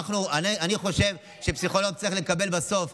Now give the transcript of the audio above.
אני חושב שפסיכולוג צריך לקבל בסוף,